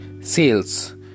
sales